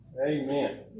Amen